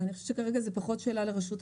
אני חושבת שכרגע זאת פחות שאלה לרשות המיסים,